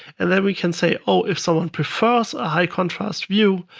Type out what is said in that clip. and then we can say, oh, if someone prefers a high contrast view,